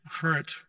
hurt